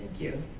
you